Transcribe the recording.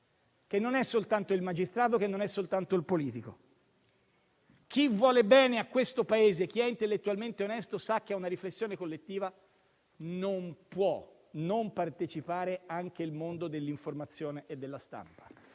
che non è soltanto il magistrato o il politico. Chi vuole bene a questo Paese, chi è intellettualmente onesto sa che ad una riflessione collettiva non può non partecipare anche il mondo dell'informazione e della stampa.